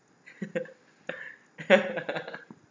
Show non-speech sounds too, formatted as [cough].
[laughs]